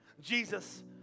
Jesus